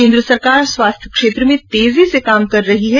केन्द्र सरकार स्वास्थ्य क्षेत्र में तेजी से काम कर रही है